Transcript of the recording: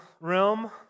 realm